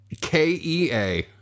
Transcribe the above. KEA